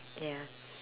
ya